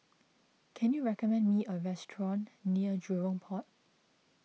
can you recommend me a restaurant near Jurong Port